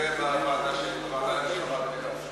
זה בוועדה למלחמה בנגע הסמים.